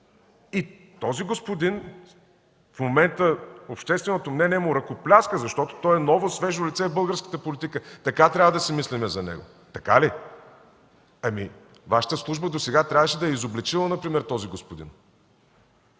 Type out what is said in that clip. на този господин в момента общественото мнение му ръкопляска, защото той е ново, свежо лице в българската политика. Така трябва да си мислим за него. Така ли?! Вашата служба досега трябваше да е изобличила например този господин.